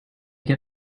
get